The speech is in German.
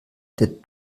der